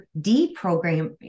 deprogramming